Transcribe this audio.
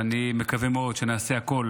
ואני מקווה מאוד שנעשה הכול